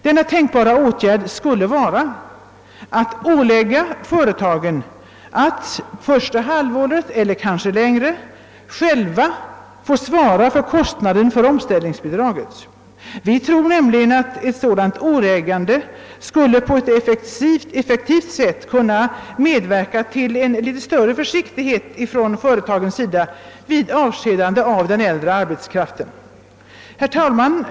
Denna tänkbara åtgärd skulle vara att ålägga företagen att första halvåret eller kanske längre själva få svara för kostnader för omskolningsbidraget. Vi tror nämligen att ett sådant åläggande på ett effektivt sätt kunde medverka till litet större försiktighet från företagens sida vid avskedande av den äldre arbetskraften. Herr talman!